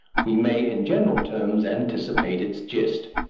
we may in general terms anticipate its gist.